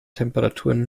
temperaturen